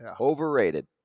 Overrated